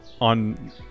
on